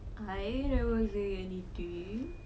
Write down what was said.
I didn't say anything